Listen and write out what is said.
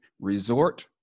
resort